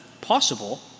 possible